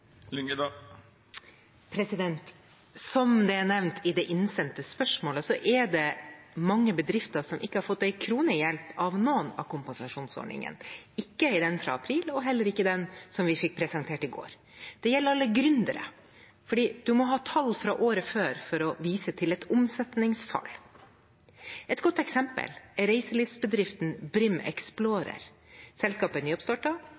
Som det er nevnt i det innsendte spørsmålet, er det mange bedrifter som ikke har fått en krone i hjelp fra noen av kompensasjonsordningene – ikke den fra april og heller ikke den som vi fikk presentert i går. Det gjelder alle gründere, fordi man må ha tall fra året før for å vise til et omsetningsfall. Et godt eksempel er reiselivsbedriften